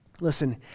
Listen